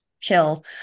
chill